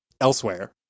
elsewhere